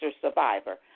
survivor